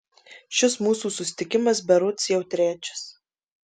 šis mūsų susitikimas berods jau trečias